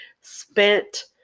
spent